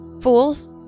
fools